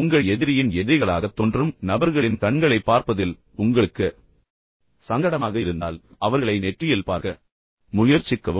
உங்கள் எதிரியின் எதிரிகளாகத் தோன்றும் நபர்களின் கண்களைப் பார்ப்பதில் உங்களுக்கு சங்கடமாக இருந்தால் அவர்களை நெற்றியில் பார்க்க முயற்சிக்கவும்